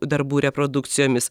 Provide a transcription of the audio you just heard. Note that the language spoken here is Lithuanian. darbų reprodukcijomis